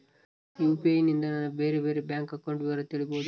UPI ನಿಂದ ನನ್ನ ಬೇರೆ ಬೇರೆ ಬ್ಯಾಂಕ್ ಅಕೌಂಟ್ ವಿವರ ತಿಳೇಬೋದ?